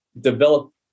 develop